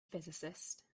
physicist